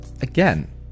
again